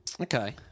Okay